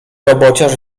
robociarz